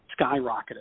skyrocketed